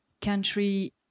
country